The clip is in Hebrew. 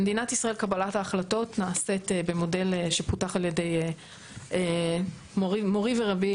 במדינת ישראל קבלת ההחלטות נעשית במודל שפותח על ידי מורי ורבי,